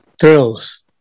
Thrills